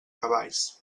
cavalls